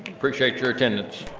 appreciate your attendance.